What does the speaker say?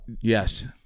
Yes